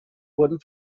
wurden